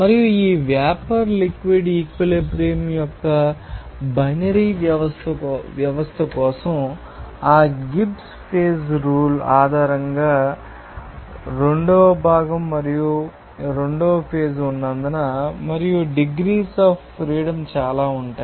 మరియు ఈ vapour liquid equilibrium యొక్క బైనరీ వ్యవస్థ కోసం ఆ గిబ్స్ ఫేజ్ రూల్ ఆధారంగా భాగం 2 మరియు ఫేజ్ 2 ఉన్నందున మరియు డిగ్రీస్ అఫ్ ఫ్రీడమ్ చాలా ఉంటాయి